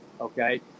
Okay